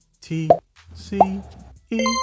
T-C-E